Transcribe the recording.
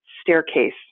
staircase